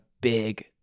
big